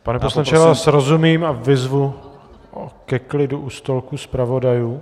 Pane poslanče, já vám rozumím a vyzvu ke klidu u stolku zpravodajů.